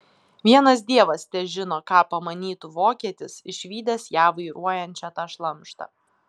vienas dievas težino ką pamanytų vokietis išvydęs ją vairuojančią tą šlamštą